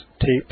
tapes